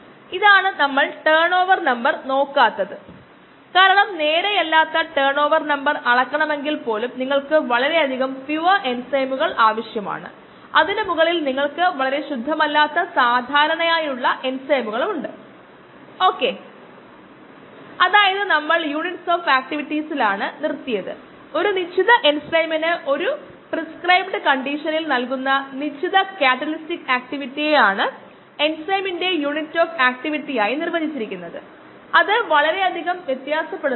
ഇത് വ്യക്തമായും competitive inhibition ഉള്ള ഒരു കേസാണ് അതിനാൽ ഇത് നേരെയാണ് വരുന്നത്